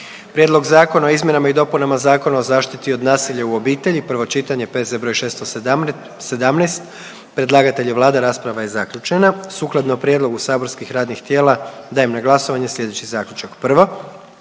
Prijedlog Zakona o dostavi sudskih pismena, prvo čitanje, P.Z.E. br. 603, predlagatelj je Vlada, rasprava je zaključena. Sukladno prijedlogu saborskih radnih tijela dajem na glasovanje sljedeći zaključak: